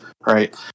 Right